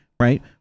Right